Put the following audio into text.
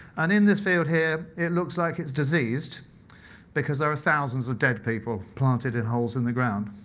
and in this field here it looks like it's diseased because there are thousands of dead people planted in holes in the ground.